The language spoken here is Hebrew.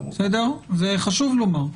זה חשוב לומר,